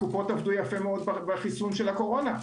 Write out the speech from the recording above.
הקופות עבדו יפה מאוד בחיסון של הקורונה,